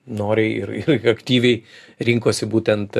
noriai ir ir kaktyviai rinkosi būtent